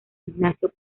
ignacio